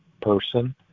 person